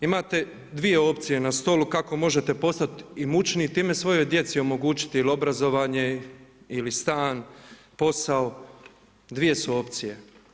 Imate 2 opcije na stolu kako možete postati imućniji i time svojoj djeci omogućiti ili obrazovanje ili stan, posao, dvije su opcije.